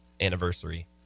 anniversary